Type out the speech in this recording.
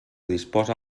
disposa